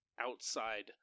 outside